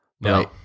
No